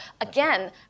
again